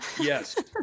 Yes